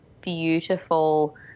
beautiful